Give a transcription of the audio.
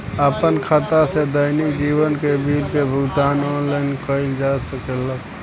आपन खाता से दैनिक जीवन के बिल के भुगतान आनलाइन कइल जा सकेला का?